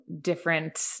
different